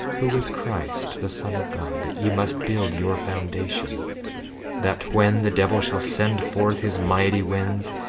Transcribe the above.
who is christ, the son of god, that ye must build your foundation that when the devil shall send forth his mighty winds,